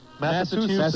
Massachusetts